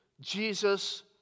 Jesus